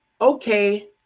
okay